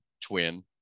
twin